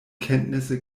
kenntnisse